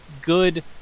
good